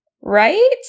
Right